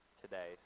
today